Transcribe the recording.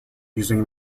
using